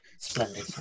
Splendid